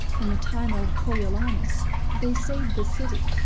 in the time of coriolanus they saved the city.